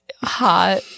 hot